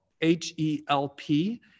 H-E-L-P